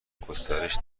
گسترش